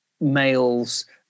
males